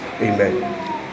amen